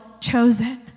chosen